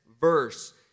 verse